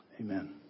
amen